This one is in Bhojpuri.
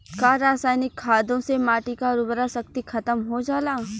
का रसायनिक खादों से माटी क उर्वरा शक्ति खतम हो जाला?